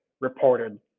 reported